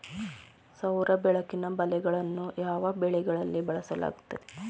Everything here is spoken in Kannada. ಸೌರ ಬೆಳಕಿನ ಬಲೆಗಳನ್ನು ಯಾವ ಬೆಳೆಗಳಲ್ಲಿ ಬಳಸಲಾಗುತ್ತದೆ?